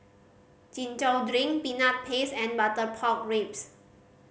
Chin Chow drink Peanut Paste and butter pork ribs